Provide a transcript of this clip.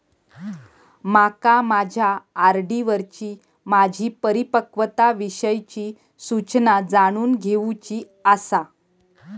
माका माझ्या आर.डी वरची माझी परिपक्वता विषयची सूचना जाणून घेवुची आसा